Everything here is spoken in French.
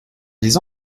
les